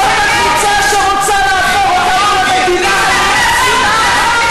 זו הקבוצה שרוצה להפוך אותנו למדינה הלומת שנאה,